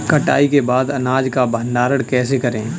कटाई के बाद अनाज का भंडारण कैसे करें?